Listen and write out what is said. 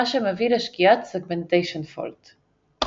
מה שמביא לשגיאת segmentation fault.